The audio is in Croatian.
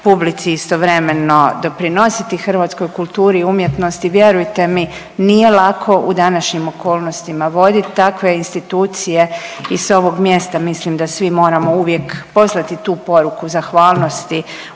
publici i istovremeno doprinositi hrvatskoj kulturi i umjetnosti, vjerujte mi nije lako u današnjim okolnostima vodit takve institucije i s ovog mjesta mislim da svi moramo uvijek poslati tu poruku zahvalnosti